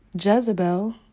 Jezebel